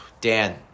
Dan